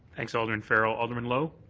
thanks, alderman farrell. alderman lowe?